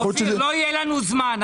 אופיר, לא יהיה לנו זמן.